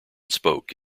spoke